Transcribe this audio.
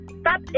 Stop